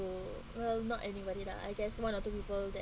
well not anybody lah I guess one or two people that